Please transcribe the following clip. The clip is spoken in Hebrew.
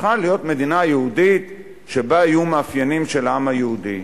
צריכה להיות מדינה יהודית שבה יהיו מאפיינים של העם היהודי.